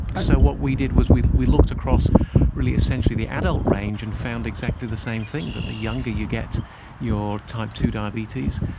so what we did was we we looked across really essentially the adult range and found exactly the same thing, that the younger you get your type two diabetes,